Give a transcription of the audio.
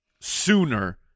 sooner